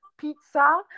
pizza